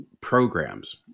programs